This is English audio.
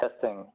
testing